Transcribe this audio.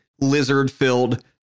lizard-filled